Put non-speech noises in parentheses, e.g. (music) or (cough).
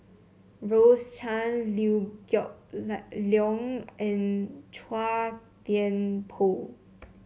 Rose Chan Liew Geok (unintelligible) Leong and Chua Thian Poh